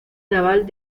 naval